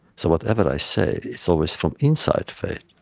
so whatever i say, it's always from inside faith,